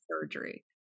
surgery